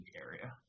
area